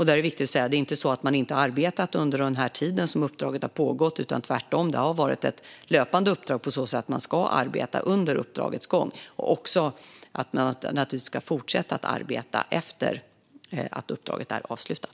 Det är viktigt att säga att det inte är så att man inte har arbetat under den tid som uppdraget har pågått; tvärtom har det varit ett löpande uppdrag på så sätt att man ska arbeta under uppdragets gång och naturligtvis också fortsätta att arbeta efter att uppdraget är avslutat.